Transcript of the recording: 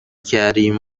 کریم